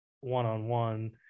one-on-one